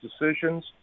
decisions